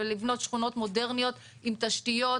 לבנות שכונות מודרניות עם תשתיות,